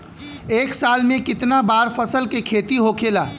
एक साल में कितना बार फसल के खेती होखेला?